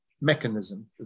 mechanism